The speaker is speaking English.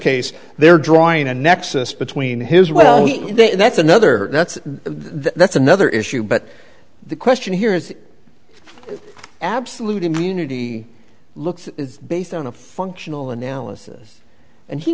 case they're drawing a nexus between his well that's another that's that's another issue but the question here is absolute immunity looks based on a functional analysis and he